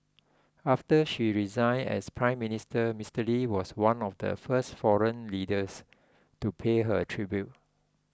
after she resigned as Prime Minister Mister Lee was one of the first foreign leaders to pay her tribute